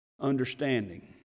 understanding